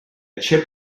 chip